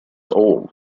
all